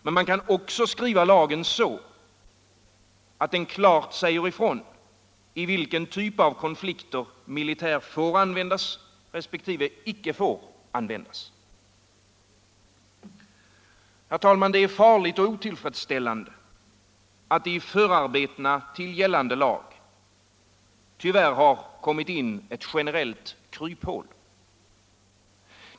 Man kan också skriva lagen så, att den klart säger i vilken typ av konflikt militär får och icke får användas. Herr talman! Det är farligt och otillfredsställande att det i förarbetena till gällande lag tyvärr har kommit in ett generellt kryphål.